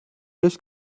beş